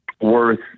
worth